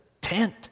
tent